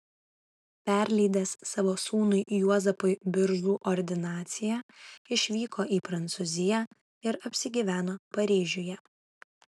perleidęs savo sūnui juozapui biržų ordinaciją išvyko į prancūziją ir apsigyveno paryžiuje